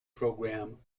programme